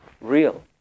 real